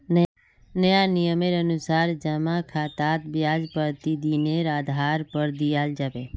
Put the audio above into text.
नया नियमेर अनुसार जमा खातात ब्याज प्रतिदिनेर आधार पर दियाल जाबे